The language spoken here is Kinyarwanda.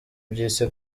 byisi